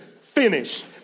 finished